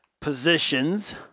positions